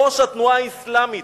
ראש התנועה האסלאמית,